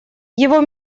его